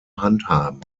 handhaben